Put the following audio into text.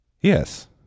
Yes